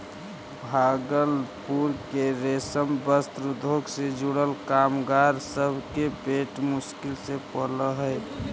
भागलपुर के रेशम वस्त्र उद्योग से जुड़ल कामगार सब के पेट मुश्किल से पलऽ हई